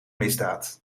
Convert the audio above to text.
misdaad